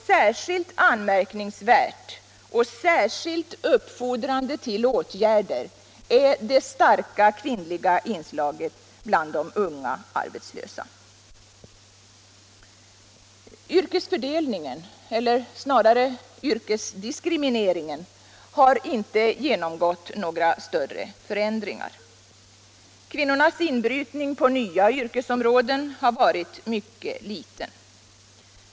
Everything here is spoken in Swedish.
Särskilt anmärkningsvärt och uppfordrande till åtgärder är det starka kvinnliga inslaget bland de unga arbetslösa. Yrkesfördelningen, eller snarare yrkesdiskrimineringen, har inte genomgått några större förändringar. Kvinnornas inbrytning på nya yrkesområden har varit mycket liten.